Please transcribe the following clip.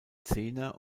zehner